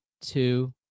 two